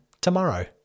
tomorrow